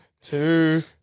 two